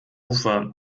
hofer